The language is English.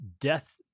death